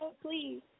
please